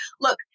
Look